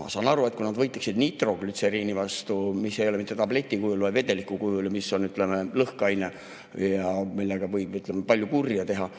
Ma saan aru, et kui nad võitleksid nitroglütseriini vastu, mis ei ole mitte tableti kujul, vaid vedeliku kujul ja mis on lõhkeaine, millega võib palju kurja teha.